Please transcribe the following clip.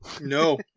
No